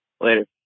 Later